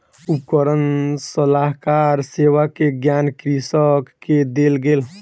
उपकरण सलाहकार सेवा के ज्ञान कृषक के देल गेल